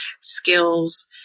skills